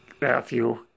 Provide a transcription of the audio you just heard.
Matthew